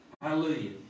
Hallelujah